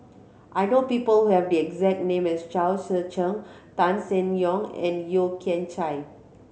I know people who have the exact name as Chao Tzee Cheng Tan Seng Yong and Yeo Kian Chye